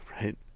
Right